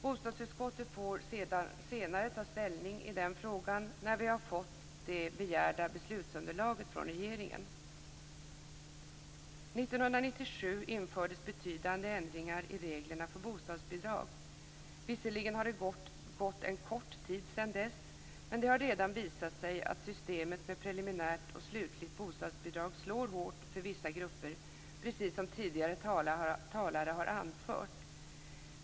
Bostadsutskottet får senare ta ställning i den frågan när vi har fått det begärda beslutsunderlaget från regeringen. År 1997 infördes betydande ändringar i reglerna för bostadsbidrag. Visserligen har det gått en kort tid sedan dess, men det har redan visat sig att systemet med preliminärt och slutligt bostadsbidrag slår hårt för vissa grupper - precis som tidigare talare har anfört.